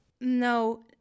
No